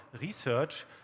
research